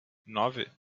nove